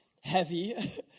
heavy